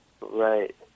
Right